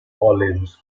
orleans